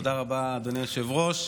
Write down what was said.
תודה רבה, אדוני היושב-ראש.